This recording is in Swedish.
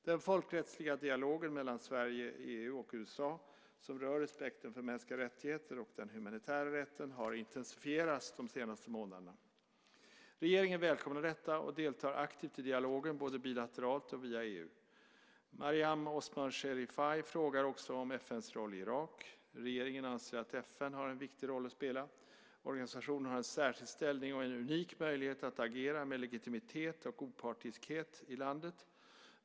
Den folkrättsliga dialogen mellan Sverige/EU och USA, som rör respekten för mänskliga rättigheter och den humanitära rätten, har intensifierats de senaste månaderna. Regeringen välkomnar detta och deltar aktivt i dialogen, både bilateralt och via EU. Mariam Osman Sherifay frågar också om FN:s roll i Irak. Regeringen anser att FN har en viktig roll att spela. Organisationen har en särskild ställning och en unik möjlighet att agera med legitimitet och opartiskhet i landet.